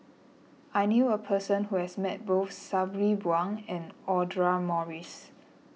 I knew a person who has met both Sabri Buang and Audra Morrice